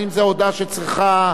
האם זו הודעה שצריכה,